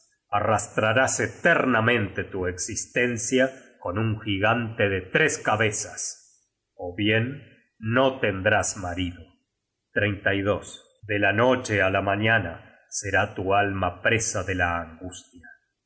las lágrimas arrastrarás eternamente tu existencia con un gigante de tres cabezas ó bien no tendrás marido de la noche á la mañana será tu alma presa de la angustia